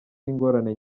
n’ingorane